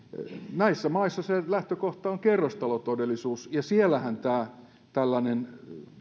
näissä maissa lähtökohta on kerrostalotodellisuus ja siellähän tämä tällainen